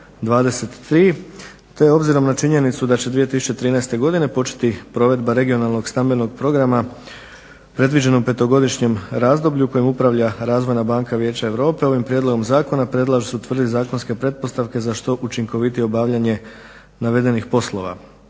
23. te obzirom na činjenicu da će 2013. godine početi provedba regionalnog stambenog programa predviđenim petogodišnjim razdobljem kojim upravlja razvojna banka Vijeća Europe. Ovim prijedlogom zakona predlaže se utvrditi zakonske pretpostavke za što učinkovitije obavljanje navedenih poslova.